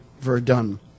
Verdun